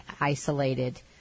isolated